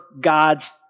God's